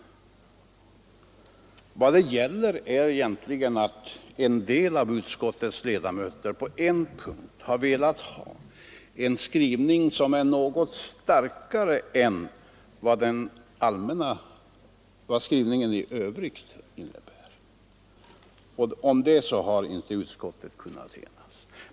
Vad det gäller är egentligen att en del av utskottets ledamöter på en punkt har velat ha en skrivning som är något starkare än vad den nu har blivit. Om det har utskottet inte kunnat enas.